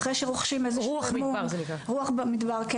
"רוח במדבר", כן.